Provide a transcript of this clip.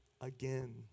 again